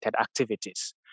activities